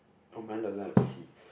oh mine doesn't have seeds